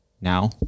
now